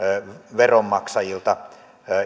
veronmaksajilta